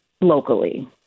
locally